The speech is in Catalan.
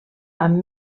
amb